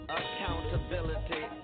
accountability